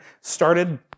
started